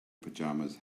pajamas